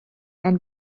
and